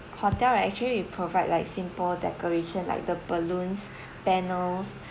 hotel right actually we provide like simple decoration like the balloons banners